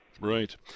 Right